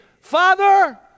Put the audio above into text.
Father